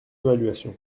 évaluation